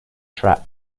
tract